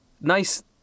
Nice